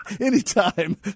Anytime